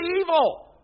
evil